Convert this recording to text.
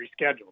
rescheduled